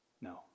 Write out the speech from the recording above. No